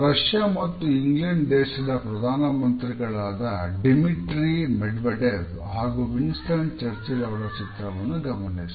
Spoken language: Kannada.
ರಷ್ಯಾ ಮತ್ತು ಇಂಗ್ಲೆಂಡ್ ದೇಶದ ಪ್ರಧಾನಮಂತ್ರಿಗಳಾದ ಡಿಮಿಟ್ರಿ ಮೆಡ್ವೆಡೆವ್ ಹಾಗೂ ವಿನ್ಸ್ಟನ್ ಚರ್ಚಿಲ್ ಅವರ ಚಿತ್ರವನ್ನು ಗಮನಿಸಿ